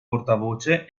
portavoce